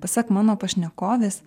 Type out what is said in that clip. pasak mano pašnekovės